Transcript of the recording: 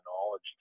knowledge